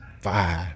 five